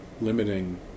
limiting